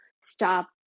stop